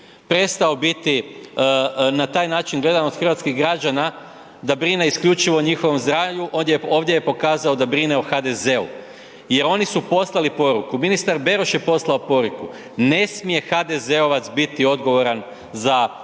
prestao biti na taj način gledan od hrvatskih građana da brine isključivo o njihovom zdravlju, ovdje je pokazao da brine o HDZ-u jer oni su poslali poruku, ministar Beroš je poslao poruku, ne smije HDZ-ovac biti odgovoran za krivo